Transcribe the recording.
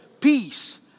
peace